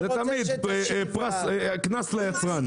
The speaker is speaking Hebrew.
זה תמיד קנס ליצרן.